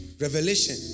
Revelation